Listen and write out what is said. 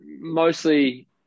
mostly